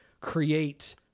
create